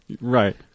Right